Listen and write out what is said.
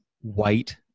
white